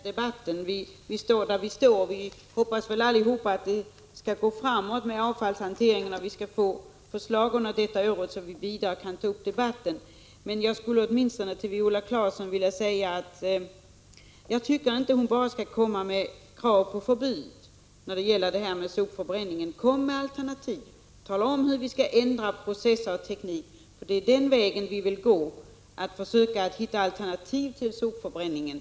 Fru talman! Jag vill inte förlänga debatten i onödan. Vi står där vi står. Alla hoppas vi väl att vi skall komma framåt i arbetet när det gäller avfallshanteringen och att förslag skall läggas fram detta år, så att vi kan gå vidare med den här debatten. Men jag skulle åtminstone till Viola Claesson vilja säga att hon inte bara skall komma med krav på förbud när det gäller sopförbränningen. Kom i stället med alternativ! Tala om hur vi skall ändra på processer och teknik, för det är den vägen vi vill gå. Det gäller att försöka att hitta alternativ i fråga om sopförbränningen.